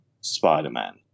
Spider-Man